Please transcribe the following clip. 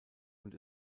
und